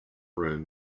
room